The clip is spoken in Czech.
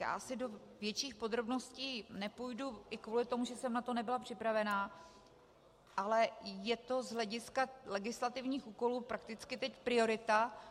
Já asi do větších podrobností nepůjdu i kvůli tomu, že jsem na to nebyla připravená, ale je to z hlediska legislativních úkolů prakticky teď priorita.